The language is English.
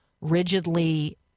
rigidly